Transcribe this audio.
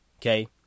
Okay